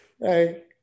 Hey